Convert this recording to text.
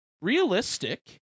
realistic